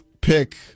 pick